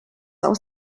aus